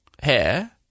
hair